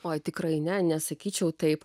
oi tikrai ne nesakyčiau taip